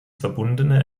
verbundene